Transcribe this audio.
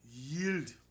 yield